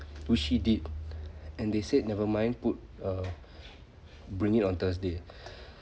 which she did and they said never mind put uh bring it on thursday